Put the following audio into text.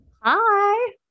Hi